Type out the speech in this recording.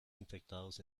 infectados